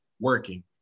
working